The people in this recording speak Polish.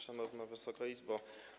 Szanowna Wysoka Izbo!